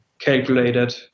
calculated